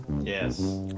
Yes